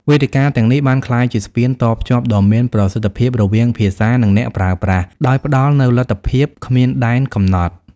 វេទិកាទាំងនេះបានក្លាយជាស្ពានតភ្ជាប់ដ៏មានប្រសិទ្ធភាពរវាងភាសា និងអ្នកប្រើប្រាស់ ដោយផ្តល់នូវលទ្ធភាពគ្មានដែនកំណត់។